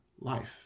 life